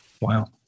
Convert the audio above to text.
Wow